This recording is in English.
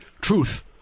truth